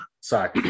Sorry